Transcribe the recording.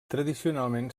tradicionalment